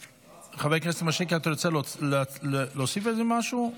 חבר הכנסת מישרקי, אתה רוצה להוסיף על זה משהו?